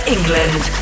England